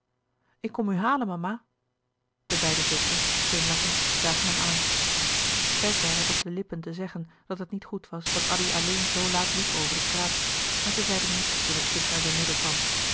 ik kom u halen mama de beide zusters glimlachend zagen hem aan bertha had op de lippen te zeggen dat het niet goed was dat addy alleen zoo laat liep over de straat maar zij zeide niets toen het kind naar zijn moeder kwam